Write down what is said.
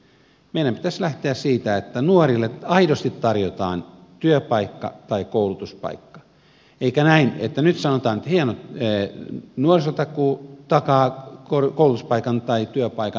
meidän pitäisi lähteä siitä että nuorille aidosti tarjotaan työpaikka tai koulutuspaikka eikä näin että nyt sanotaan että hieno nuorisotakuu takaa koulutuspaikan tai työpaikan